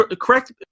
Correct